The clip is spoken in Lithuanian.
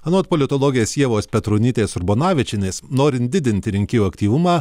anot politologės ievos petronytės urbonavičienės norint didinti rinkėjų aktyvumą